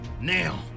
Now